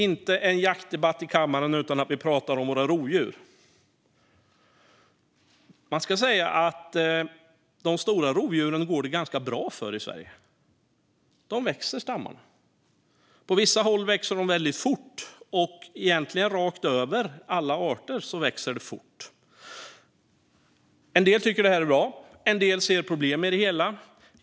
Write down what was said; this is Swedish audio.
Inte en jaktdebatt i kammaren utan att vi pratar om våra rovdjur! De stora rovdjuren går det ganska bra för i Sverige. Stammarna växer. På vissa håll växer de väldigt fort, egentligen rakt över alla arter. En del tycker att detta är bra. En del ser problem.